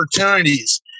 opportunities